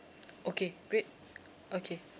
okay great okay